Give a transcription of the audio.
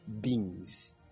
beings